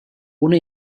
una